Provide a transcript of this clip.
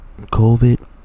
COVID